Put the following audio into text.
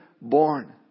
born